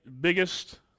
biggest